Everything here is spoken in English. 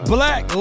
Black